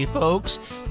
folks